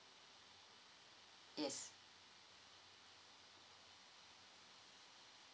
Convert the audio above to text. yes